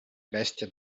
bestia